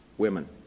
Women